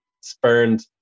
spurned